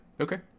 Okay